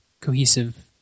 cohesive